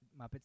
Muppets